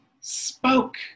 spoke